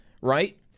Right